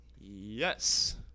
Yes